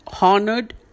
honored